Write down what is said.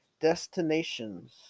destinations